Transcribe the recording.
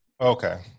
Okay